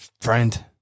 friend